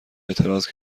اعتراض